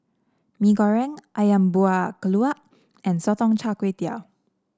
Mee Goreng ayam Buah Keluak and Sotong Char Kway